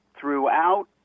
throughout